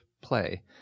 play